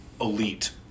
Elite